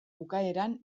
bukaeran